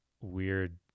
weird